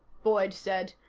boyd said.